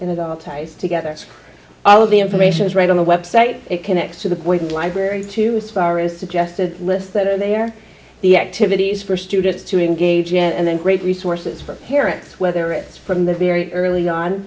and it all ties together all of the information is right on the website it connects to the point libraries to as far as suggested list that are there the activities for students to engage in and then great resources for parents whether it's from the very early on